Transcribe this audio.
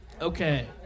Okay